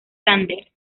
sanders